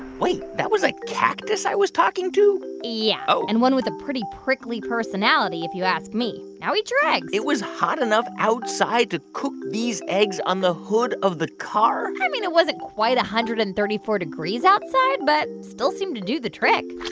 wait, that was a like cactus i was talking to? yeah oh and one with a pretty prickly personality, if you ask me. now eat your eggs it was hot enough outside to cook these eggs on the hood of the car? i mean, it wasn't quite one hundred and thirty four degrees outside, but still seemed to do the trick.